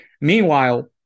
Meanwhile